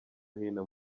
hino